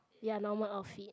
ya normal outfit